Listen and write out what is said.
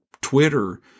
Twitter